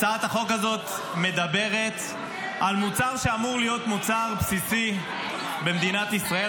הצעת החוק הזאת מדברת על מוצר שאמור להיות מוצר בסיסי במדינת ישראל.